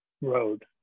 road